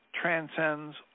transcends